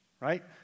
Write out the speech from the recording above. Right